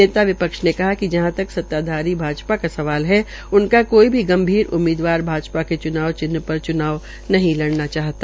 नेता विपक्ष ने कहा िक जहां तक सत्ताधारी भाजपा का सवाल है उनका कोई भी गंभीर उम्मीदवार भाजपा के च्नाव चिन्ह च्नाव नहीं लड़ना चाहता